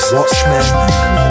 Watchmen